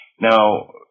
Now